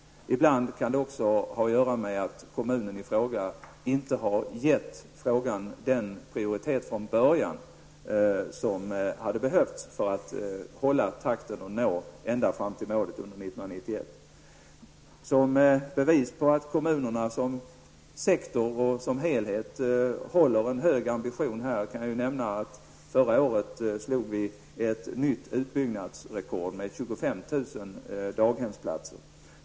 Ibland kan det också ha att göra med att kommunen i fråga inte har gett frågan den prioritet från början som hade behövts för att hålla takten och nå ända fram till målet under 1991. Som bevis på att kommunerna som sektor och som helhet har en hög ambition i detta sammanhang kan jag nämna att vi förra året slog ett nytt utbyggnadsrekord med 25 000 daghemsplatser.